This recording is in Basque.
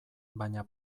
baina